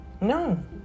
No